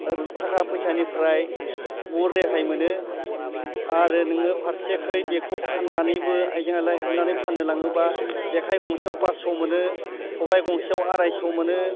थाखा फैसानिफ्राय बहुत रेहाय मोनो आरो नोङो फारसेखै बेखौ फाननानैबो आइजें आयला हेबनानै फाननो लाङोबा जेखाइ गंसेयाव पास्स' मोनो खबाइ गंसेयाव आरायस' मोनो